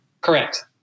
Correct